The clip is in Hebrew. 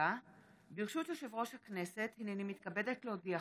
ברשות יושב-ראש הכנסת, הינני מתכבדת להודיעכם,